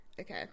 Okay